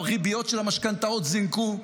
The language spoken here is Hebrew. הריביות של המשכנתאות זינקו,